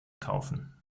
kaufen